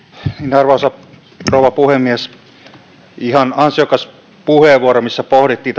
arvoisa rouva puhemies ihan ansiokas puheenvuoro missä pohdittiin